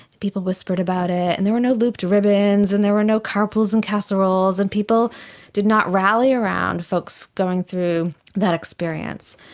people whispered about it, and there were no looped ribbons and there were no car pools and casseroles, and people did not rally around folks going through that experience.